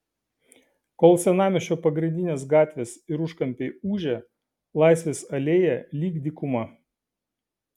kol senamiesčio pagrindinės gatvės ir užkampiai ūžia laisvės alėja lyg dykuma